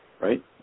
right